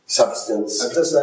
substance